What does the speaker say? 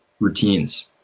routines